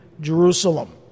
Jerusalem